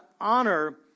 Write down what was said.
honor